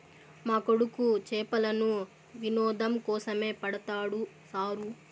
మా కొడుకు చేపలను వినోదం కోసమే పడతాడు సారూ